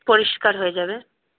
পরিষ্কার হয়ে যাবে হুম